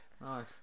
Nice